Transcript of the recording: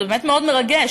זה באמת מאוד מרגש.